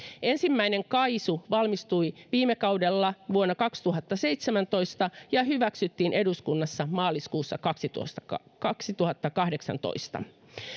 ensimmäinen kaisu valmistui viime kaudella vuonna kaksituhattaseitsemäntoista ja hyväksyttiin eduskunnassa maaliskuussa kaksituhattakahdeksantoista